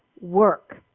work